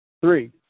three